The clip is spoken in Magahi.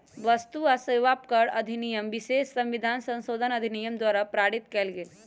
वस्तु आ सेवा कर अधिनियम विशेष संविधान संशोधन अधिनियम द्वारा पारित कएल गेल